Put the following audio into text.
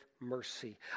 mercy